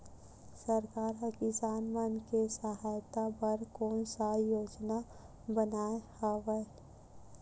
सरकार हा किसान मन के सहायता बर कोन सा योजना बनाए हवाये?